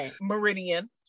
Meridian